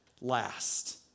last